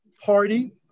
party